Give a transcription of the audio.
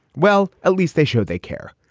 well, at least they showed they care.